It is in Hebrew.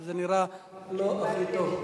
וזה נראה לא הכי טוב.